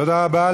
תודה רבה.